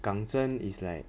港蒸 is like